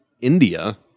India